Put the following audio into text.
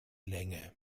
länge